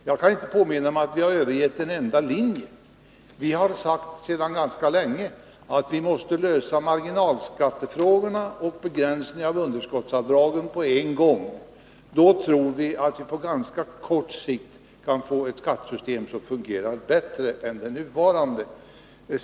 Jag kan inte påminna mig att vi har övergett en enda linje. Vi har sedan ganska lång tid tillbaka sagt att vi måste lösa marginalskattefrågorna och begränsningen av underskottsavdragen på en gång. Vi tror att vi då på kort sikt kan få ett skattesystem som fungerar bättre än det nuvarande.